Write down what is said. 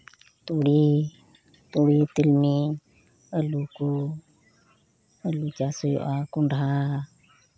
ᱛᱩᱲᱤ ᱛᱩᱲᱤ ᱛᱤᱞᱢᱤᱧ ᱟᱞᱩ ᱠᱚ ᱟᱞᱩ ᱪᱟᱥ ᱦᱩᱭᱩᱜᱼᱟ ᱠᱚᱱᱰᱷᱟ